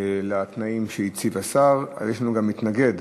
לתנאים שהציב השר, אבל יש לנו גם מתנגד.